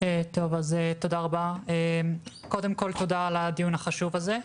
טוב אז תודה רבה וקודם כל תודה על הדיון החשוב הזה,